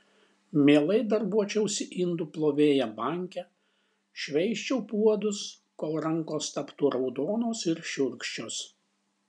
mielai darbuočiausi indų plovėja banke šveisčiau puodus kol rankos taptų raudonos ir šiurkščios